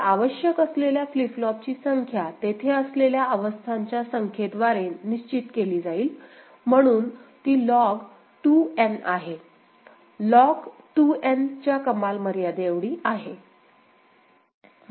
तर आवश्यक असलेल्या फ्लिप फ्लॉपची संख्या तेथे असलेल्या अवस्थांच्या संख्येद्वारे निश्चित केली जाईल म्हणून ती लॉग 2 N आहे लॉग 2 N च्या कमाल मर्यादे एवढी आहे